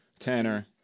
Tanner